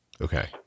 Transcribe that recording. Okay